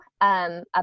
up